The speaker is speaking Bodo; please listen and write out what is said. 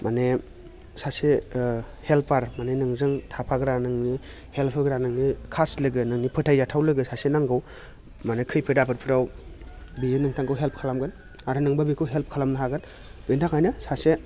माने सासे हेल्पार माने नोंजों थाफाग्रा नोंनि हेल्प होग्रा नोंनि खास लोगो नोंनि फोथायजाथाव लोगो सासे नांगौ माने खैफोद आफोदफोराव बियो नोंथांखौ हेल्प खालामगोन आरो नोंबो बेखौ हेल्प खालामनो हागोन बिनि थाखायनो सासे